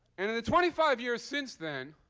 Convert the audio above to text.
and in the twenty five years since then,